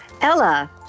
Ella